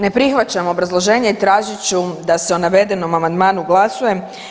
Ne prihvaćam obrazloženje i tražit ću da se o navedenom amandmanu glasuje.